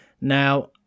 now